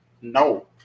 No